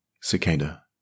Cicada